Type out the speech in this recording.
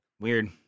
Weird